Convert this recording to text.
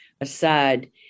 aside